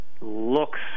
looks